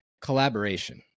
collaboration